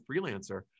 freelancer